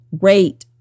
rate